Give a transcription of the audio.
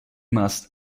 must